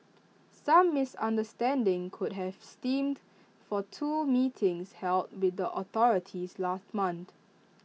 some misunderstanding could have stemmed for two meetings held with the authorities last month